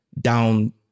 down